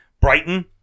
Brighton